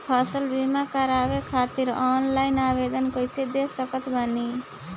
फसल बीमा करवाए खातिर ऑनलाइन आवेदन कइसे दे सकत बानी?